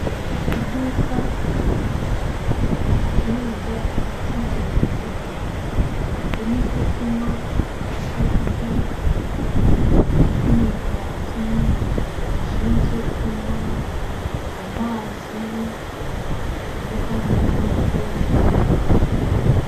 Iduka ricuruza ibicuruzwa bitandukanye harimo ibyo kunywa, ibyo kurya nk'imigati, ji zo kunywa, amazi, harimo kandi n'amavuta yo guteka.